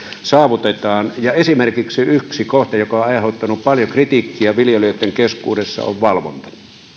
saavutetaan esimerkiksi yksi kohde joka on on aiheuttanut paljon kritiikkiä viljelijöitten keskuudessa on valvonta